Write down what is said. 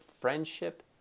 friendship